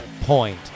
point